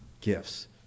gifts